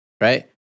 Right